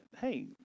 hey